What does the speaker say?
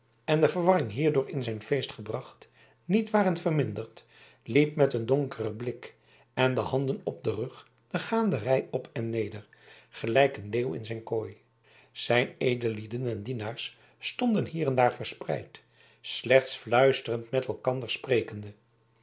en de verwarring hierdoor in zijn feest gebracht niet waren verminderd liep met een donkeren blik en de handen op den rug de gaanderij op en neder gelijk een leeuw in zijn kooi zijn edellieden en dienaars stonden hier en daar verspreid slechts fluisterend met elkander sprekende